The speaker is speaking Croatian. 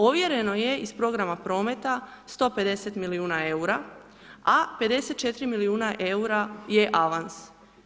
Ovjereno je iz programa prometa 1520 milijuna eura, a 54 milijuna eura je avans.